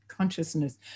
consciousness